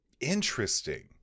Interesting